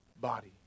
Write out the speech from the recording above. body